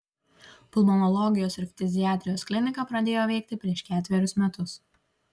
pulmonologijos ir ftiziatrijos klinika pradėjo veikti prieš ketverius metus